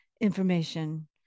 information